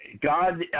God